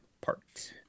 parts